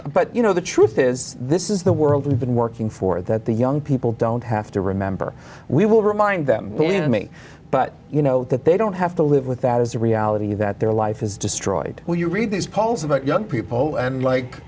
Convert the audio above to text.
with but you know the truth is this is the world we've been working for that the young people don't have to remember we will remind them you know me but you know that they don't have to live with that as a reality that their life is destroyed when you read these polls about young people and like